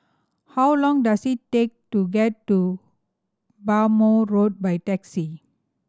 how long does it take to get to Bhamo Road by taxi